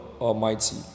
Almighty